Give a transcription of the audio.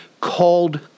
called